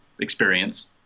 experience